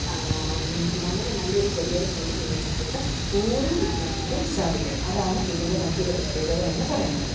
വളരെ നല്ല ഒരു കരിയർ ചൂസ് ചെയ്യാൻ വേണ്ടിയിട്ട് ഓരോ വിദ്യാർത്ഥിക്കും സാധിക്കും അതാണ് ഇതിൻ്റെ മറ്റൊരു പ്രത്യേകത എന്ന് പറയുന്നത്